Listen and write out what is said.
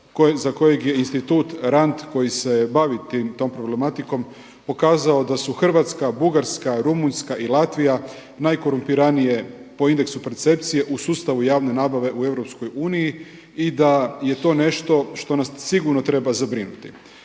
za kojeg je Institut RAND koji se bavi tom problematikom pokazao da su Hrvatska, Bugarska, Rumunjska i Latvija najkorumpiranije po indeksu percepcije u sustavu javne nabave u Europskoj uniji i da je to nešto što nas sigurno treba zabrinuti.